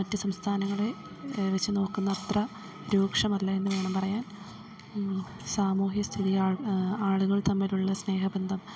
മറ്റ് സംസ്ഥാനങ്ങളെ വെച്ച് നോക്കുമ്പോൾ രൂക്ഷമല്ല എന്ന് വേണം പറയാൻ സാമൂഹ്യസ്ഥിതി ആ ആളുകൾ തമ്മിലുള്ള സ്നേഹബന്ധം